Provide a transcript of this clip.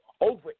Over